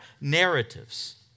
narratives